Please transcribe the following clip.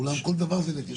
באולם כל דבר זה נתינת שירות.